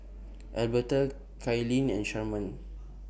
Alberta Kylene and Sharman